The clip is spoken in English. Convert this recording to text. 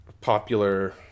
popular